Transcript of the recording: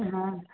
हा